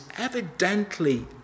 evidently